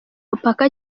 mupaka